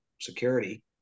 security